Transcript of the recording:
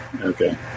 Okay